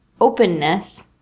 openness